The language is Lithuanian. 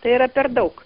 tai yra per daug